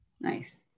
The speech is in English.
nice